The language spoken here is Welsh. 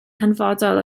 hanfodol